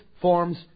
forms